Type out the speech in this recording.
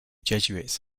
jesuits